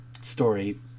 story